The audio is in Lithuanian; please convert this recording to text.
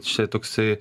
čia toksai